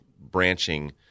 branching